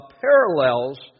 parallels